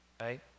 Right